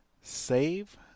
Save